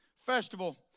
festival